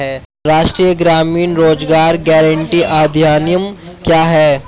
राष्ट्रीय ग्रामीण रोज़गार गारंटी अधिनियम क्या है?